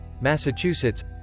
Massachusetts